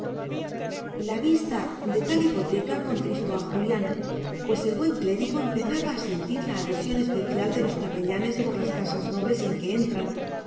la vista de tal hipoteca contristó a julián pues el buen clérigo empezaba a sentir la adhesión especial de los capellanes por las casas nobles en que entran